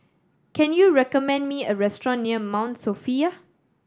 can you recommend me a restaurant near Mount Sophia